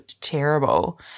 terrible